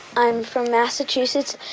i'm from massachusetts.